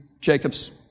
Jacob's